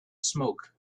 smoke